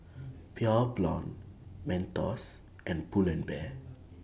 Pure Blonde Mentos and Pull and Bear